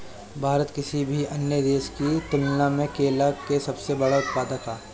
भारत किसी भी अन्य देश की तुलना में केला के सबसे बड़ा उत्पादक ह